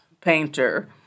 painter